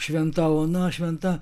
šventa ona šventa